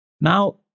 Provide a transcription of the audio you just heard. Now